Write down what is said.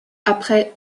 après